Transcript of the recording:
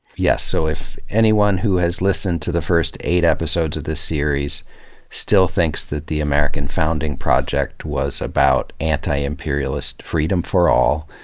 yes. so if anyone who has listened to the first eight episodes of this series still thinks that the american founding project was about anti-imperialist freedom for all,